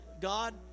God